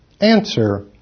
Answer